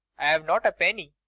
i've not a penny.